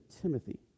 Timothy